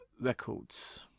Records